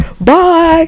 bye